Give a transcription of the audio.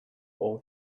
old